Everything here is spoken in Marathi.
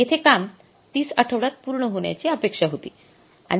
जेथे काम 30 आठवड्यांत पूर्ण होण्याची अपेक्षा होती